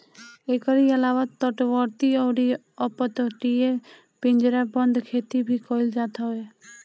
एकरी अलावा तटवर्ती अउरी अपतटीय पिंजराबंद खेती भी कईल जात हवे